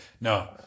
no